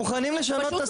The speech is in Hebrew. מוכנים לשנות את הסעיף.